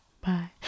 Bye